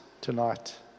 tonight